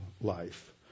life